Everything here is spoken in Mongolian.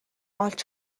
олж